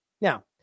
Now